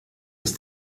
des